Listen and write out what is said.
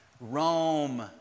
Rome